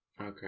okay